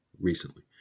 recently